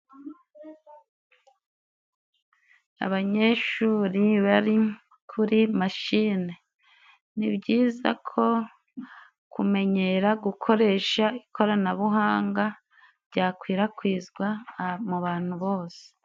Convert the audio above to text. Abanyeshuri bari kuri mashine nibyiza ko kumenyera gukoresha ikoranabuhanga byakwirakwizwa mubantu bose.